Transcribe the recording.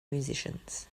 musicians